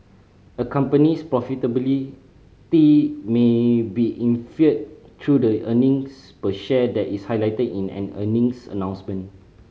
a company's profitability may be inferred through the earnings per share that is highlighted in an earnings announcement